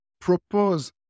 propose